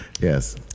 Yes